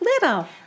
little